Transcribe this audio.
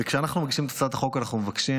וכשאנחנו מגישים את הצעת החוק אנחנו מבקשים